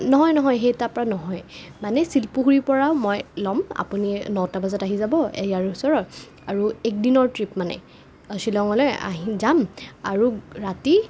নহয় নহয় সেই তাপৰা নহয় মানে চিলপুখুৰীৰ পৰা মই ল'ম আপুনি নটা বজাত আহি যাব ইয়াৰ ওচৰত আৰু একদিনৰ ট্ৰিপ মানে শ্বিলংলে আহি যাম আৰু ৰাতি